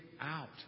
out